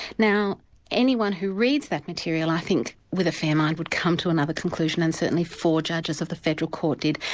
now anyone who reads that material i think with a fair mind, would come to another conclusion and certainly four judges of the federal court did.